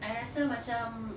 I rasa macam